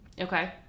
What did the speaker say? Okay